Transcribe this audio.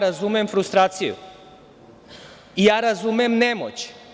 Razumem frustraciju i ja razumem nemoć.